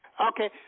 Okay